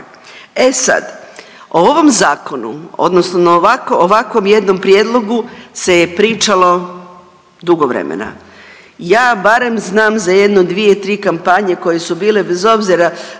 E sad o ovom zakonu odnosno na ovako, ovakvom jednom prijedlogu se je pričalo dugo vremena. Ja barem znam za jedno 2-3 kampanje koje se bile bez obzira